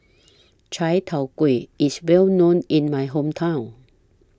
Chai Tow Kuay IS Well known in My Hometown